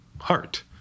heart